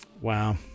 wow